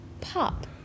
pop